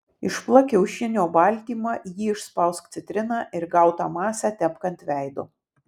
išplak kiaušinio baltymą į jį išspausk citriną ir gautą masę tepk ant veido